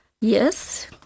yes